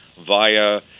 via